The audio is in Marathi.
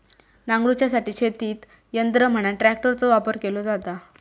नांगरूच्यासाठी शेतीत यंत्र म्हणान ट्रॅक्टरचो वापर केलो जाता